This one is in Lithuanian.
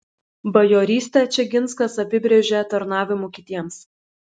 bajorystę čeginskas apibrėžė tarnavimu kitiems